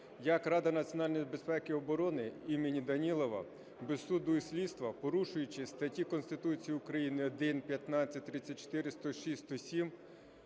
як Рада національної безпеки і оборони імені Данілова без суду і слідства, порушуючи статті Конституції України 1, 15, 34, 106, 107,